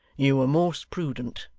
you were most prudent,